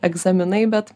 egzaminai bet